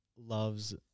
loves